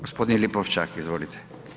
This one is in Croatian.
Gospodin Lipošćak, izvolite.